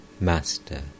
Master